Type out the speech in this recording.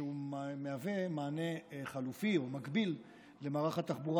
שהוא מענה חלופי או מקביל למערך התחבורה